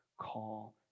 call